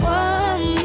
one